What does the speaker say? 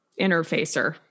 interfacer